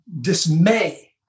dismay